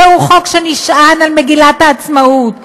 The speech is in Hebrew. זהו חוק שנשען על מגילת העצמאות,